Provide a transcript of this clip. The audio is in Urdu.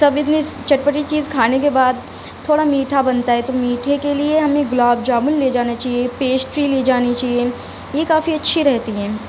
سب اتنی چٹپٹی چیز کھانے کے بعد تھوڑا میٹھا بنتا ہے تو میٹھے کے لیے ہمیں گلاب جامن لے جانے چاہیے پیسٹری لے جانی چاہیے یہ کافی اچھی رہتی ہیں